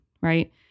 right